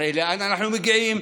אחרי לאן אנחנו מגיעים.